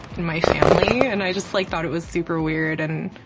my family, and i just like thought it was super weird, and